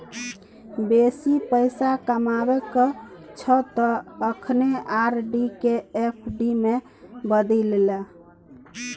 बेसी पैसा कमेबाक छौ त अखने आर.डी केँ एफ.डी मे बदलि ले